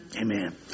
Amen